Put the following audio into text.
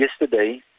yesterday